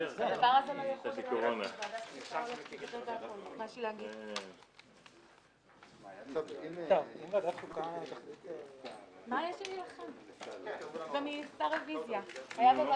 11:30.